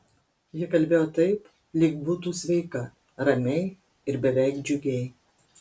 ji kalbėjo taip lyg būtų sveika ramiai ir beveik džiugiai